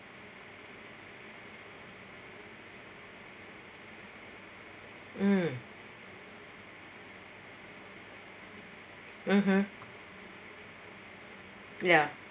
mm mmhmm ya